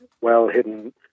well-hidden